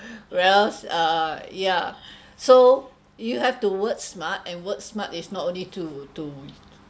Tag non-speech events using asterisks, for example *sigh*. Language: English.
*breath* whereas uh yeah *breath* so you have to work smart and work smart is not only to to